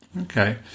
okay